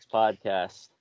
podcast